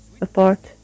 apart